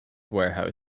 warehouse